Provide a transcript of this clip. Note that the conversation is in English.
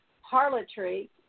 harlotry